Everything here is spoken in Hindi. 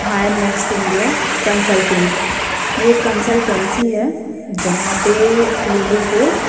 हायर नेक्स्ट इंडिया कंसलटिंग ये एक कंसल्टेंसी है जहाँ पे लोगों को